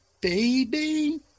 Baby